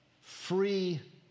free